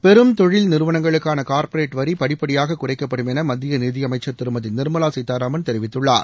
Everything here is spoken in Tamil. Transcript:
பெரும் தொழில் நிறுவனங்களுக்கான கார்ப்பரேட் வரி படிப்படியாக குறைக்கப்படும் என மத்திய நிதியமைச்சர் திருமதி நிர்மலா சீதாராமன் தெரிவித்துள்ளார்